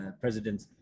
President